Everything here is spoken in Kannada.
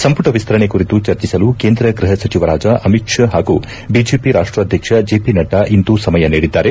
ಸಂಪುಟ ವಿಸ್ತರಣೆ ಕುರಿತು ಚರ್ಚಿಸಲು ಕೇಂದ್ರ ಗ್ಲಪ ಸಚಿವರಾದ ಅಮಿಷ್ ಷಾ ಹಾಗೂ ಬಿಜೆಪಿ ರಾಷ್ಟಾಧ್ವಕ್ಷ ಜೆಪಿ ನಡ್ಡಾ ಇಂದು ಸಮಯ ನೀಡಿದ್ದಾರೆ